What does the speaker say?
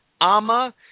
AMA